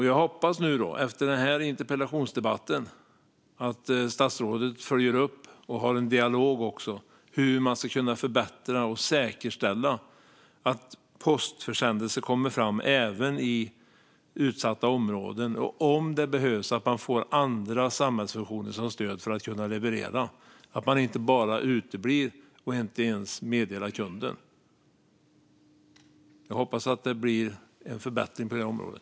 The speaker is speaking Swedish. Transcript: Jag hoppas att statsrådet efter den här interpellationsdebatten följer upp och för en dialog om hur vi ska kunna förbättra och säkerställa att postförsändelser kommer fram även i utsatta områden och, om det behövs, att man får andra samhällsfunktioner som stöd för att kunna leverera så att man inte bara uteblir och inte ens meddelar kunden. Jag hoppas att det blir en förbättring på det området.